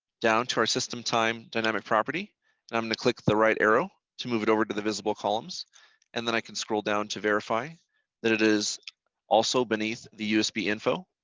down to our system time dynamic property and i am going to click the right arrow to move it over to the visible columns and then i can scroll down to verify that it is also beneath the usb info